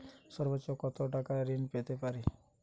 সর্বোচ্চ কত টাকা ঋণ পেতে পারি?